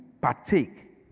partake